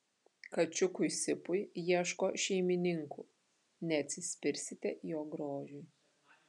kačiukui sipui ieško šeimininkų neatsispirsite jo grožiui